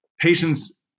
patients